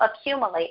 accumulate